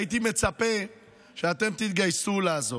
הייתי מצפה שאתם תתגייסו לעזור.